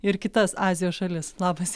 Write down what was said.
ir kitas azijos šalis labas